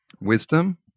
wisdom